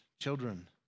children